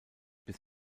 bis